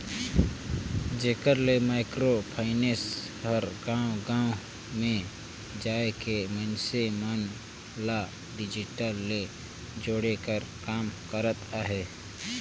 जेकर ले micro finance हर गाँव गाँव में जाए के मइनसे मन ल डिजिटल ले जोड़े कर काम करत अहे